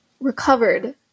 recovered